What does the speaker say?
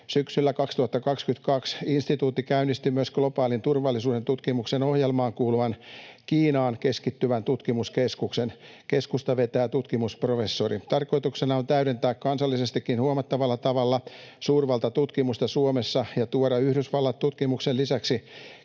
Syksyllä 2022 instituutti käynnisti myös globaalin turvallisuuden tutkimuksen ohjelmaan kuuluvan, Kiinaan keskittyvän tutkimuskeskuksen. Keskusta vetää tutkimusprofessori. Tarkoituksena on täydentää kansallisestikin huomattavalla tavalla suurvaltatutkimusta Suomessa ja tuoda Yhdysvallat-tutkimuksen lisäksi